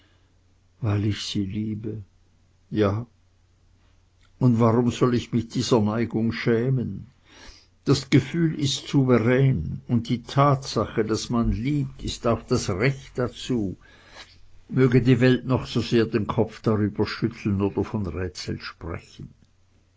weil ich sie liebe ja und warum soll ich mich dieser neigung schämen das gefühl ist souverän und die tatsache daß man liebt ist auch das recht dazu möge die welt noch so sehr den kopf darüber schütteln oder von rätsel sprechen